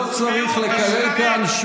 אנחנו מגלים את ערוותך, לא צריך לקלל כאן.